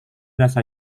rasa